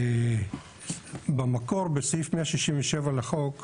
במקור, בסעיף 167 לחוק.